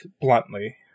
bluntly